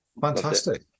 fantastic